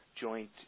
joint